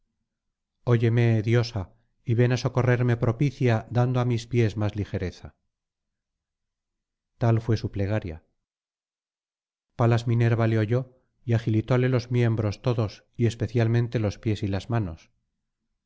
óyeme diosa y ven á socorrerme propicia dando á mis pies más ligereza tal fué su plegaria palas minerva le oyó y agilitóle los miembros todos y especialmente los pies y las manos